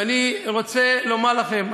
ואני רוצה לומר לכם,